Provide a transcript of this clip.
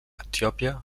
etiòpia